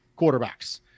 quarterbacks